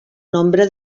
nombre